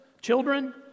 children